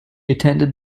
attended